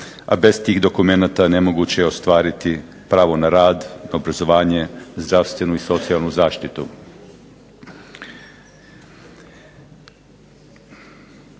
a bez tih dokumenata nemoguće je ostvariti pravo na rad, na obrazovanje, na zdravstvenu i socijalnu zaštitu.